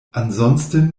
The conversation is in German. ansonsten